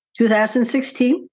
2016